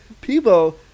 people